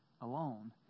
alone